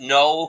no